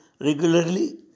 regularly